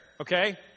Okay